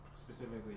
Specifically